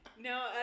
No